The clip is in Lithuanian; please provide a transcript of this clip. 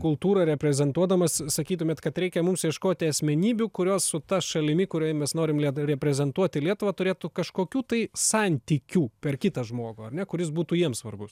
kultūrą reprezentuodamas sakytumėt kad reikia mums ieškoti asmenybių kurios su ta šalimi kurioje mes norim le reprezentuoti lietuvą turėtų kažkokių tai santykių per kitą žmogų ar ne kuris būtų jiems svarbus